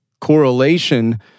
correlation